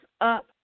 up